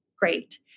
great